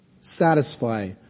satisfy